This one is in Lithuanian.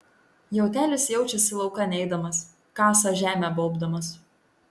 jautelis jaučiasi laukan eidamas kasa žemę baubdamas